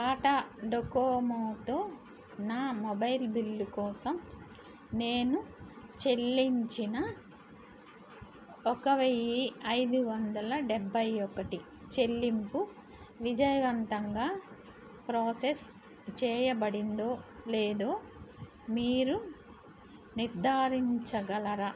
టాటా డోకోమోతో నా mobile bill కోసం నేను చెల్లించిన ఒక వెయ్యి ఐదు వందల డెబ్బై ఒకటి చెల్లింపు విజయవంతంగా ప్రాసెస్ చేయబడిందో లేదో మీరు నిర్ధారించగలరా